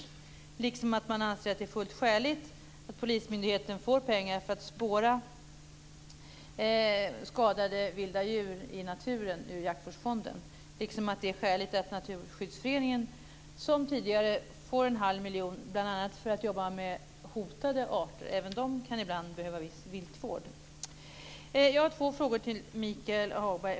Jag hoppas också att man anser det vara fullt skäligt att polismyndigheten får pengar ur jaktvårdsfonden för att spåra skadade vilda djur i naturen, likaväl som det är skäligt att Naturskyddsföreningen som tidigare får en halv miljon bl.a. för att jobba med hotade arter. Även de kan ibland behöva viss viltvård. Jag har två frågor till Michael Hagberg.